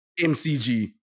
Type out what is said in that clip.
MCG